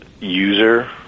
user